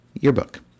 yearbook